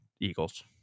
Eagles